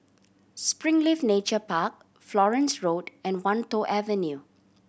Springleaf Nature Park Florence Road and Wan Tho Avenue